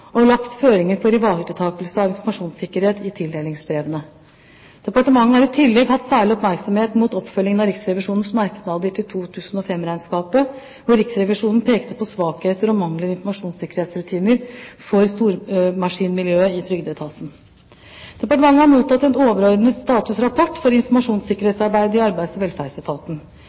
og legge føringer for ivaretakelse av informasjonssikkerhet i tildelingsbrevene. Departementet har i tillegg hatt særlig oppmerksomhet på oppfølgingen av Riksrevisjonens merknader til 2005-regnskapet, hvor Riksrevisjonen pekte på svakheter og mangler i informasjonssikkerhetsrutiner for stormaskinmiljøet i trygdeetaten. Departementet har mottatt en overordnet statusrapport for informasjonssikkerhetsarbeidet i Arbeids- og velferdsetaten.